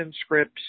scripts